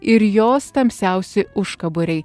ir jos tamsiausi užkaboriai